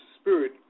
spirit